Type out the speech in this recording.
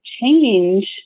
change